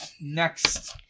next